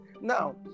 Now